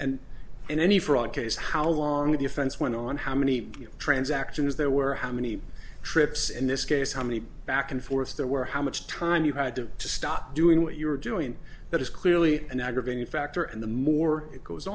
and in any fraud case how long the offense went on how many transactions there were how many trips in this case how many back and forth there were how much time you had to stop doing what you were doing that is clearly an aggravating factor and the more it goes